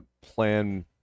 plan